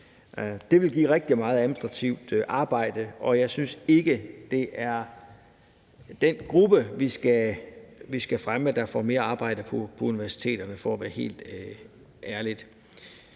Det vil give rigtig meget administrativt arbejde, og jeg synes ikke, det er den gruppe, vi skal fremme får mere arbejde på universiteterne, for at være helt ærlig.